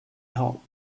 help